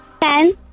Ten